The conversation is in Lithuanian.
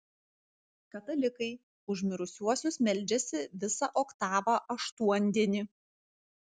katalikai už mirusiuosius meldžiasi visą oktavą aštuondienį